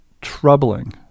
troubling